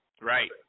Right